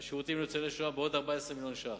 סל השירותים לניצולי השואה, עוד 14 מיליון ש"ח,